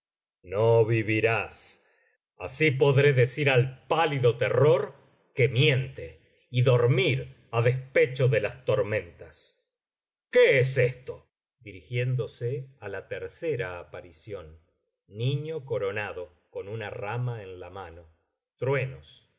no vivirás así podré decir al pálido terror que miente y dormir á despecho de las tormentas qué es esto que surge como retoño de un rey llevando en su